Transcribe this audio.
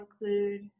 include